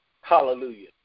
Hallelujah